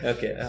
Okay